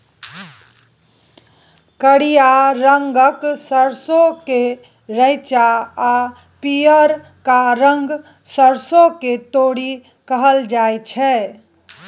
करिया रंगक सरसों केँ रैंचा आ पीयरका रंगक सरिसों केँ तोरी कहल जाइ छै